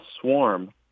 swarm